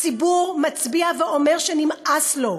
הציבור מצביע ואומר שנמאס לו,